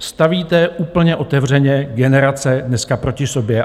Stavíte úplně otevřeně generace dneska proti sobě.